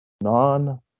non